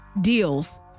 deals